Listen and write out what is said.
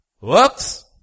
works